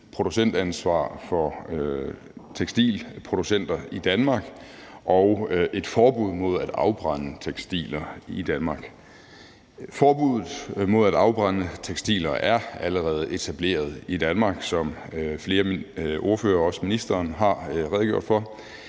producentansvar for tekstilproducenter i Danmark og et forbud mod at afbrænde tekstiler i Danmark. Forbuddet mod at afbrænde tekstiler er allerede etableret i Danmark, hvilket flere ordførere og også ministeren har redegjort for.